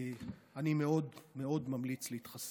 ואני מאוד מאוד ממליץ להתחסן.